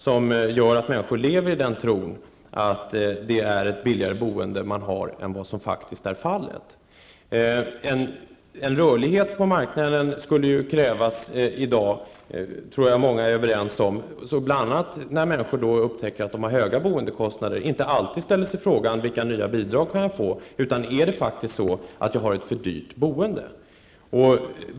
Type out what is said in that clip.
Det gör att människor lever i tron att de bor billigare än vad som faktiskt är fallet. Jag tror att många är överens om att det krävs en rörlighet på marknaden, bl.a. på så sätt att människor, när de upptäcker att de har höga boendekostnader, inte alltid ställer sig frågan vilka nya bidrag de kan få utan att de i stället ifrågasätter om de har ett för dyrt boende.